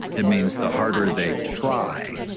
it means the harder they try,